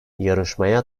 yarışmaya